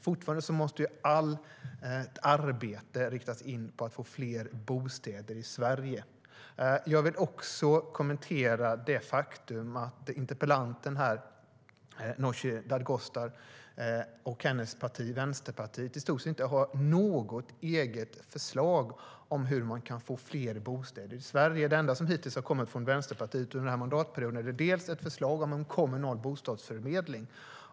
Fortfarande måste allt arbete riktas in på att få fler bostäder i Sverige. STYLEREF Kantrubrik \* MERGEFORMAT Svar på interpellationerDet som har kommit från Vänsterpartiet hittills under mandatperioden är för det första ett förslag om en kommunal bostadsförmedling.